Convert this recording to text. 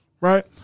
right